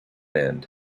end